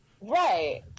Right